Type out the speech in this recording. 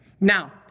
Now